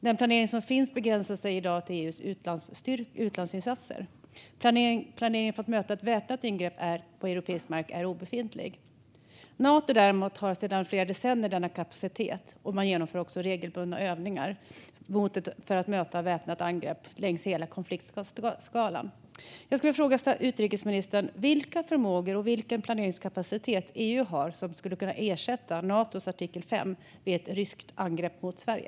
Den planering som finns begränsar sig i dag till EU:s utlandsinsatser. Planeringen för att möta ett väpnat ingrepp på europeisk mark är obefintlig. Nato, däremot, har sedan flera decennier denna kapacitet och genomför också regelbundna övningar för att möta ett väpnat angrepp längs hela konfliktskalan. Jag skulle vilja fråga utrikesministern vilka förmågor och vilken planeringskapacitet EU har som skulle kunna ersätta Natos artikel 5 vid ett ryskt angrepp mot Sverige.